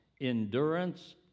endurance